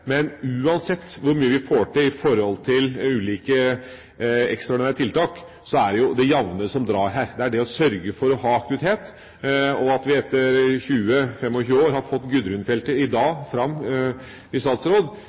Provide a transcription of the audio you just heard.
Men uansett hvor mye vi får til i forhold til ulike ekstraordinære tiltak, er det det jamne som drar her – det å sørge for å ha aktivitet. At vi etter 20–25 år har fått Gudrun-feltet fram i dag i statsråd,